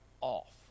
off